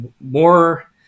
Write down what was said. more